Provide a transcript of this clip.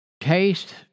Taste